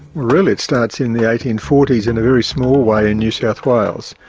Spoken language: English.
really it starts in the eighteen forty s in a very small way in new south wales,